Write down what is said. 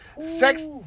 Sex